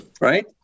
right